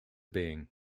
being